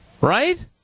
right